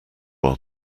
are